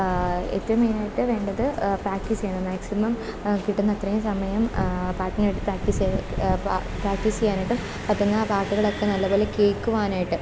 ഏറ്റവും മെയിനായിട്ട് വേണ്ടത് പ്രാക്ടീസെയ്യണം മാക്സിമം കിട്ടുന്നത്രയും സമയം പാട്ടിനുവേണ്ടി പ്രേക്ടീസെയ്യ പ്രാക്ടീസെയ്യാനായിട്ട് അപ്പെന്നാ പാട്ടുകളൊക്കെ നല്ലപോലെ കേള്ക്കുവാനായിട്ട്